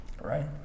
Right